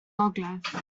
gogledd